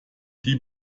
die